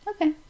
Okay